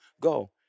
Go